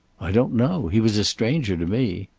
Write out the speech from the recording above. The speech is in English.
i don't know. he was a stranger to me.